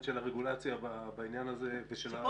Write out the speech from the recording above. של הרגולציה בעניין הזה ושל הבקרה.